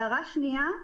הערה שנייה,